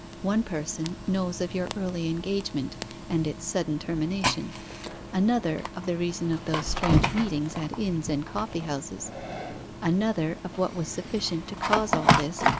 one person knows of your early engagement and its sudden termination another, of the reason of those strange meetings at inns and coffee-houses another, of what was sufficient to cause all this,